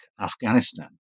Afghanistan